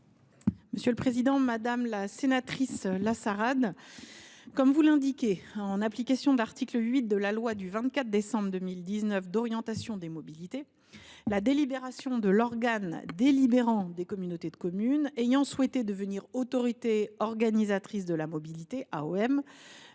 ministre déléguée. Madame la sénatrice Florence Lassarade, comme vous l’indiquez, en application de l’article 8 de la loi du 24 décembre 2019 d’orientation des mobilités, la délibération de l’organe délibérant des communautés de communes ayant souhaité devenir autorité organisatrice de la mobilité (AOM)